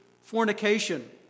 fornication